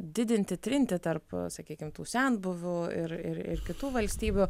didinti trintį tarp sakykim tų senbuvių ir ir ir kitų valstybių